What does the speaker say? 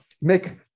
make